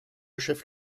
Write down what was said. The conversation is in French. chef